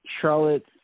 Charlotte